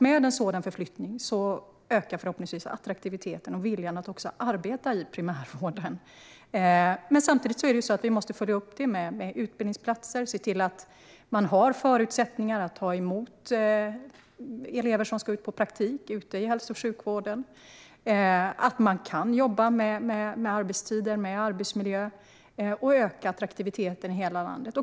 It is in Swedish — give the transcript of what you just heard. Med en sådan förflyttning ökar förhoppningsvis också attraktiviteten och viljan att arbeta i primärvården. Vi måste samtidigt följa upp med utbildningsplatser och se till att man har förutsättningar att ta emot elever som ska ut på praktik i hälso och sjukvården, att man kan jobba med arbetstider och arbetsmiljö och att man kan öka attraktiviteten i hela landet.